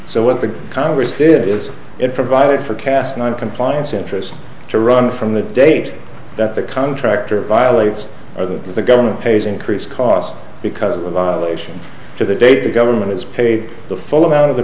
so what the congress did is it provided for cast noncompliance interests to run from the date that the contractor violates or that the government pays increase costs because of the violations to the data government has paid the full amount of the